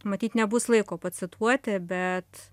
matyt nebus laiko pacituoti bet